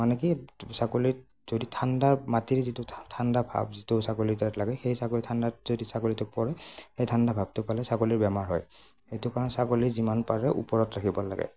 মানে কি ছাগলী যদি ঠাণ্ডা মাটিৰ যিটো ঠাণ্ডা ভাৱ যিটো ছাগলী তাত লাগে সেই ছাগলীৰ ঠাণ্ডাত যদি ছাগলীটো পৰে সেই ঠাণ্ডা ভাৱটো পালে ছাগলীৰ বেমাৰ হয় সেইটো কাৰণে ছাগলীৰ যিমান পাৰে ওপৰত ৰাখিব লাগে